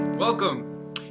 welcome